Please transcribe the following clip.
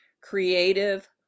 creative